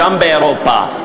שם באירופה.